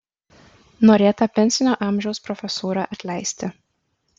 norėta pensinio amžiaus profesūrą atleisti